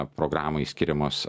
programai skiriamos